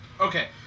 Okay